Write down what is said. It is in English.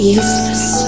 useless